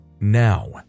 now